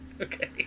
Okay